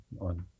on